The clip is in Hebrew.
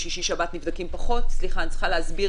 בשישי-שבת נבדקים פחות אני צריכה להסביר